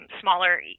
smaller